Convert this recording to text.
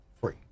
Free